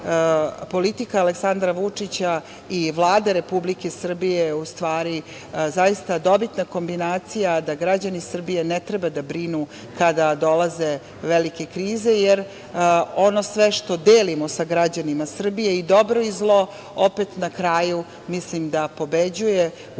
politika Aleksandra Vučića i Vlade Republike Srbije je zaista dobitna kombinacija, da građani Srbije ne treba da brinu kada dolaze velike krize, jer ono sve što delimo sa građanima Srbije, i dobro i zlo, opet na kraju mislim da pobeđuje u smislu